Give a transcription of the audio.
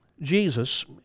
Jesus